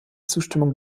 zustimmung